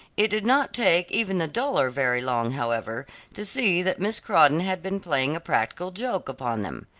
it did not take even the duller very long however to see that miss crawdon had been playing a practical joke upon them.